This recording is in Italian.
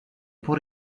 può